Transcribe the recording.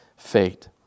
Fate